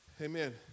Amen